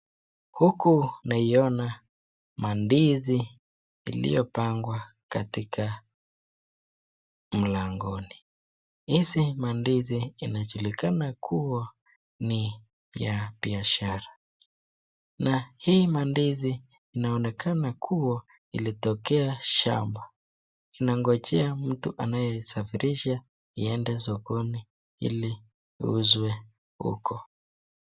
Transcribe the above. Huku naiyona mandizi Iliyopangwa katika mlangoni, hizi mandizi inajulikana kuwa ni ya biashara na hii mandizi inaonekana kuwa inatokea shamba anangoja mtu anayesafirisha iende sokoni hili uzwe huku.